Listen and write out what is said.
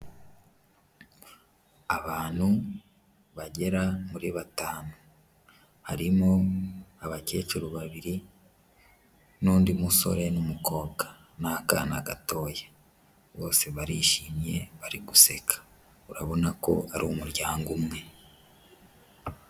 Abantu bagera kuri batanu harimo abakecuru babiri n'undi musore n'umukobwa n'akana gatoya, bose barishimye bari guseka urabona ko ari umuryango umwe.